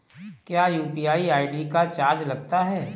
क्या UPI ID का charge लगता है?